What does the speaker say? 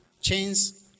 chains